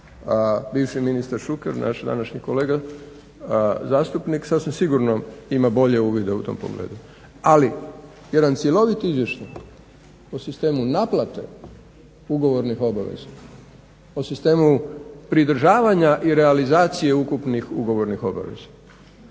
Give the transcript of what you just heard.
bivši ministar Šuker, naš današnji kolega zastupnik, sasvim sigurno ima bolje uvide u tom pogledu. Ali, jedan cjeloviti izvještaj po sistemu naplate ugovornih obaveza, po sistemu pridržavanja i realizacije ukupnih ugovornih obaveza.